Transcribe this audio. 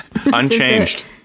Unchanged